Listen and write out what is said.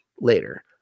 later